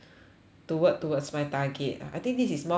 to work towards my target I think this is more feasible